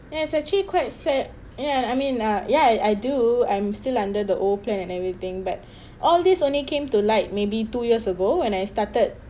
and it's actually quite sad ya I mean ah ya I do I'm still under the old plan and everything but all these only came to like maybe two years ago when I started